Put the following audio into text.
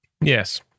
Yes